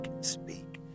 speak